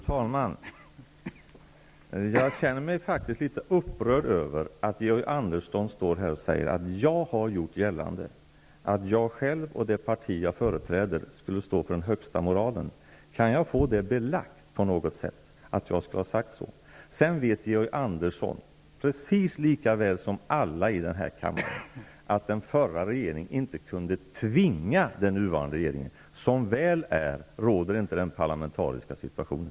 Fru talman! Jag känner mig litet upprörd över att Georg Andersson står här och säger att jag har gjort gällande att jag själv och det parti som jag företräder skulle stå för den högsta moralen. Kan jag på något sätt få det belagt att jag skulle ha sagt så? Georg Andersson vet, precis lika väl som alla i den här kammaren, att den förra regeringen inte kunde tvinga den nuvarande regeringen. Som väl är råder inte den parlamentariska situationen.